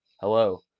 hello